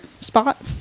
spot